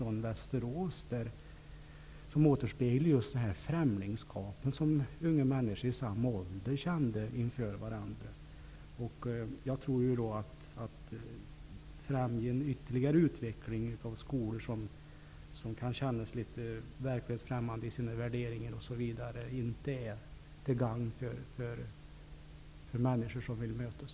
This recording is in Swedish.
Där återspeglades det främlingsskap som unga människor i samma ålder kände inför varandra. Jag tror att ett främjande av ytterligare utveckling av skolor som kan verka verklighetsfrämmande i sina värderingar osv. inte kommer att vara till gagn för människor som vill mötas.